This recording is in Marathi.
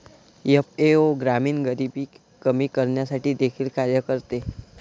एफ.ए.ओ ग्रामीण गरिबी कमी करण्यासाठी देखील कार्य करते